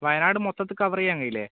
വയനാട് മൊത്തത്തിൽ കവർ ചെയ്യാൻ കഴിയില്ലേ